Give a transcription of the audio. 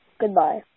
Goodbye